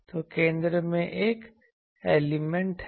तो केंद्र में एक एलिमेंट है